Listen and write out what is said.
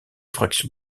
fractions